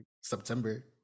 September